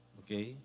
okay